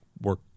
work